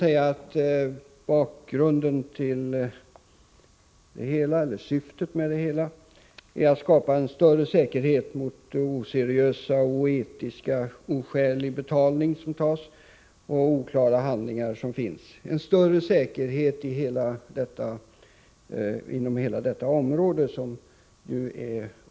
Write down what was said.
Syftet med detta förslag är att skapa en större säkerhet mot oseriös och oetisk handläggning, mot att oskälig betalning tas och mot de oklara handlingar som finns. Vi vill skapa en större säkerhet inom hela detta område.